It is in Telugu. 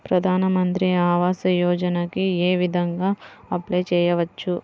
ప్రధాన మంత్రి ఆవాసయోజనకి ఏ విధంగా అప్లే చెయ్యవచ్చు?